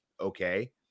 okay